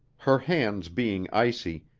her hands being icy,